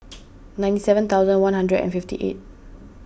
ninety seven thousand one hundred and fifty eight